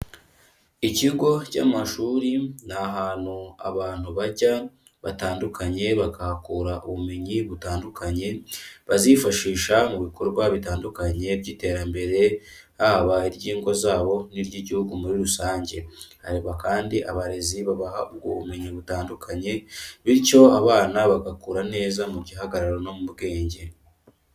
Ikigo cy'amashuri ni ahantu abantu bajya batandukanye, bakahakura ubumenyi butandukanye bazifashisha mu bikorwa bitandukanye by'iterambere, haba iry'ingo zabo n'iry'igihugu muri rusange. Hareba kandi abarezi babaha ubwo bumenyi butandukanye, bityo abana bagakura neza mu gihagararo no mu bwenge.